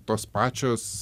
tos pačios